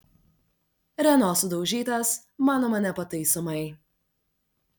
renault sudaužytas manoma nepataisomai